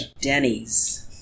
Denny's